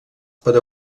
per